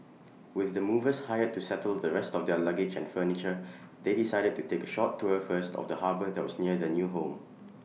with the movers hired to settle the rest of their luggage furniture they decided to take short tour first of the harbour that was near their new home